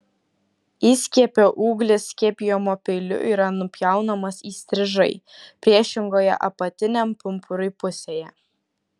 įskiepio ūglis skiepijimo peiliu yra nupjaunamas įstrižai priešingoje apatiniam pumpurui pusėje